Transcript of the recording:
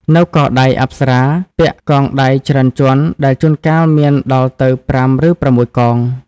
នៅកដៃ អប្សរាពាក់កងដៃច្រើនជាន់ ដែលជួនកាលមានដល់ទៅ ៥ ឬ ៦ កង។